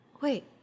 wait